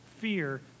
fear